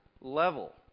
level